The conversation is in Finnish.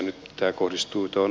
tämä on osa tätä